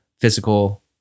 physical